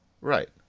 Right